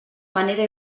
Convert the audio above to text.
manera